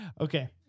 Okay